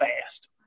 fast